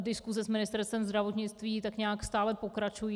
Diskuse s Ministerstvem zdravotnictví tak nějak stále pokračují.